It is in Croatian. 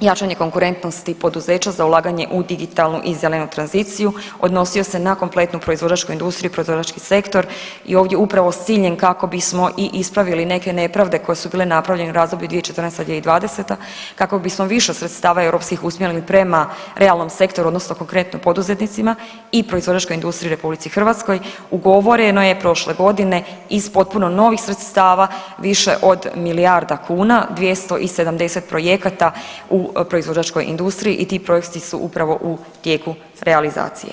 jačanje konkurentnosti poduzeća za ulaganje u digitalnu i zelenu tranziciju, odnosio se na kompletnu proizvođačku industriju proizvođački sektor i ovdje upravo s ciljem kako bismo i ispravili neke nepravde koje su bile napravljene u razdoblju 2014.-2020. kako bismo više sredstava europskih usmjerili prema realnom sektoru odnosno konkretno poduzetnicima i proizvođačkoj industriji u RH ugovoreno je prošle godine iz potpuno novih sredstava više od milijarda kuna 270 projekata u proizvođačkoj industriji i ti projekti su upravo u tijeku realizacije.